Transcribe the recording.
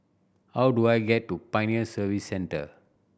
how do I get to Pioneer Service Centre